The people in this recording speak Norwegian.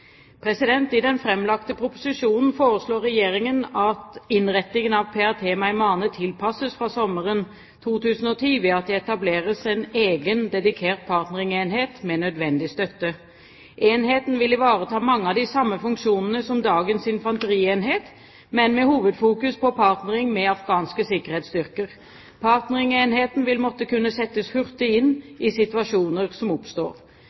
I den framlagte proposisjonen foreslår Regjeringen av innretningen av PRT Meymaneh tilpasses fra sommeren 2010 ved at det etableres en egen dedikert partneringenhet med nødvendig støtte. Enheten vil ivareta mange av de samme funksjonene som dagens infanterienhet, men med hovedfokus på partnering med afghanske sikkerhetsstyrker. Partneringenheten vil måtte kunne settes hurtig inn i situasjoner som oppstår.